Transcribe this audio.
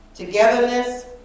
Togetherness